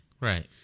Right